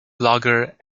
blogger